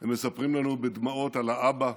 הם מספרים לנו בדמעות על האבא,